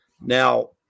Now